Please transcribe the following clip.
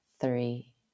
three